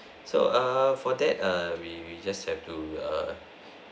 so err for that err we we just have to err